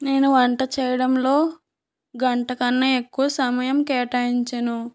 నేను వంట చేయడంలో గంట కన్నా ఎక్కువ సమయం కేటాయించను